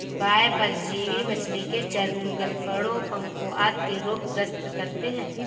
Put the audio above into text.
बाह्य परजीवी मछली के चर्म, गलफडों, पंखों आदि के रोग ग्रस्त करते है